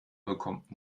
bekommt